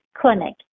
clinic